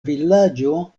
vilaĝo